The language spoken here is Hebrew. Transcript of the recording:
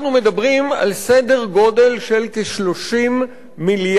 אנחנו מדברים על סדר-גודל של כ-30 מיליארד